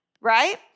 right